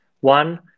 One